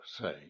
say